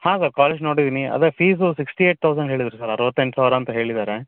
ಹಾಂ sir college ನೋಡಿದ್ದೀನಿ ಅದೇ ಫೀಸು ಸಿಕ್ಸ್ಟಿ ಏಟ್ ತೌಸಂಡ್ ಹೇಳಿದರು ಸರ್ ಅರುವತ್ತೆಂಟು ಸಾವಿರ ಅಂತ ಹೇಳಿದ್ದಾರೆ